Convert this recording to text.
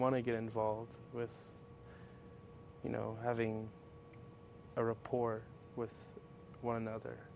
want to get involved with you know having a report with one another